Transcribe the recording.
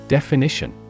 Definition